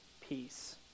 peace